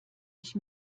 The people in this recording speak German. ich